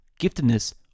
giftedness